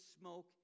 smoke